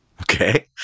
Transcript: Okay